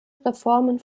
reformen